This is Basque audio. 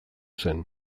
zen